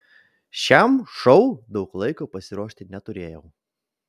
šiam šou daug laiko pasiruošti neturėjau